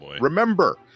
remember